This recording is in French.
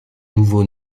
nouveaux